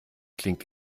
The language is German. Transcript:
klingt